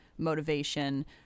motivation